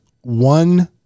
one